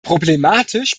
problematisch